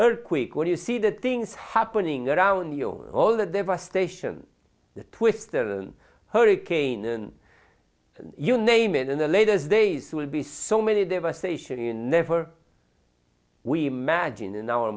earthquake when you see that things happening around you all the devastation the twisted and hurricane and you name it and the latest days will be so many devastation in never we imagine in our